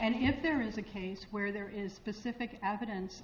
and if there is a case where there is specific evidence